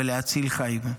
ולהציל חיים.